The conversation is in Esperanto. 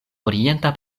orienta